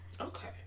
Okay